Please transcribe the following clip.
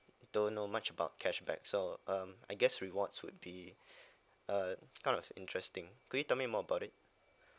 don't know much about cashback so um I guess rewards would be uh kind of interesting could you tell me more about it